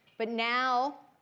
but now,